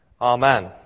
amen